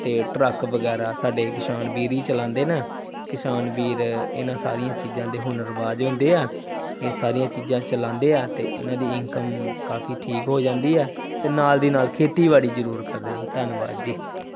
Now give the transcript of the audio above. ਅਤੇ ਟਰੱਕ ਵਗੈਰਾ ਸਾਡੇ ਕਿਸਾਨ ਵੀਰ ਹੀ ਚਲਾਉਂਦੇ ਨੇ ਕਿਸਾਨ ਵੀਰ ਇਹਨਾਂ ਸਾਰੀਆਂ ਚੀਜ਼ਾਂ ਦੇ ਹੁਨਰਬਾਜ ਹੁੰਦੇ ਆ ਇਹ ਸਾਰੀਆਂ ਚੀਜ਼ਾਂ ਚਲਾਉਂਦੇ ਆ ਅਤੇ ਇਹਨਾਂ ਦੀ ਇਨਕਮ ਕਾਫੀ ਠੀਕ ਹੋ ਜਾਂਦੀ ਹੈ ਅਤੇ ਨਾਲ ਦੀ ਨਾਲ ਖੇਤੀਬਾੜੀ ਜ਼ਰੂਰ ਕਰਦੇ ਹਨ ਧੰਨਵਾਦ ਜੀ